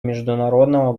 международного